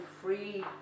free